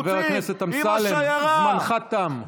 חבר הכנסת אמסלם, זמנך תם.